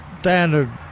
standard